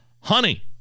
honey